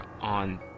on